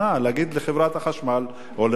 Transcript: להגיד לחברת החשמל או לרשות